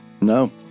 No